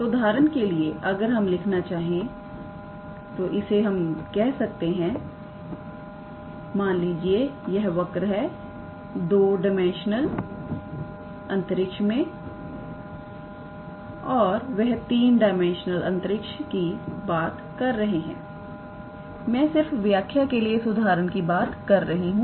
तो उदाहरण के लिए अगर हम लिखना चाहें इसे कैसे कह सकते हैं मान लीजिए यह वर्क है 2 डायमेंशनल अंतरिक्ष में और वह 3 डाइमेंशनल अंतरिक्ष की बात कर रहे हैं मैं सिर्फ व्याख्या के लिए इस उदाहरण की बात कर रही हूं